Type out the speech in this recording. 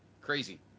Crazy